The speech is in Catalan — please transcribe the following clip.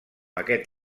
aquest